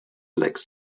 lacks